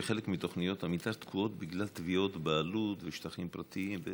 שחלק מתוכניות המתאר תקועות בגלל תביעות בעלות ושטחים פרטיים?